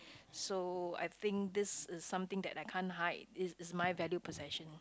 so I think this is something that I can't hide is is my value possession